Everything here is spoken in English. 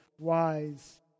wise